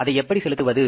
அதை எப்படி செலுத்துவது